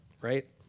right